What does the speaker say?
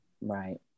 Right